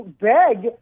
beg